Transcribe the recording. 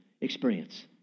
experience